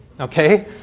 okay